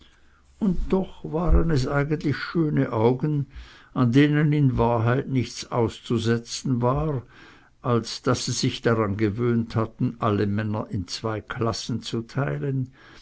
und doch waren es eigentlich schöne augen an denen in wahrheit nichts auszusetzen war als daß sie sich daran gewöhnt hatten alle männer in zwei klassen zu teilen